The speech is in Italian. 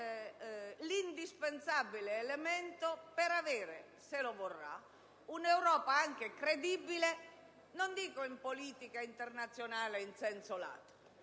l'indispensabile elemento per avere - se lo si vorrà - un'Europa credibile, se non in politica internazionale in senso lato,